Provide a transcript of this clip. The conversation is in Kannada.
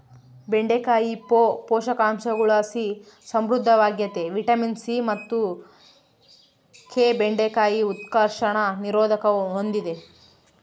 ಬೆಂಡೆಕಾಯಿ ಪೋಷಕಾಂಶಗುಳುಲಾಸಿ ಸಮೃದ್ಧವಾಗ್ಯತೆ ವಿಟಮಿನ್ ಸಿ ಮತ್ತು ಕೆ ಬೆಂಡೆಕಾಯಿ ಉತ್ಕರ್ಷಣ ನಿರೋಧಕ ಹೂಂದಿದೆ